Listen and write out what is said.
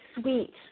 sweet